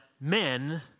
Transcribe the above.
men